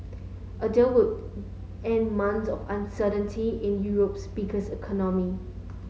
a deal would end months of uncertainty in Europe's biggest economy